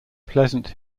pleasant